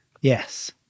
Yes